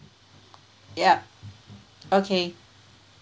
yup okay